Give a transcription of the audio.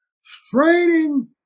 straining